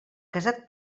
casat